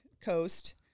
coast